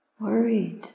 worried